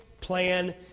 plan